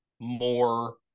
more